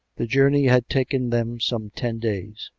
the journey had taken them some ten days,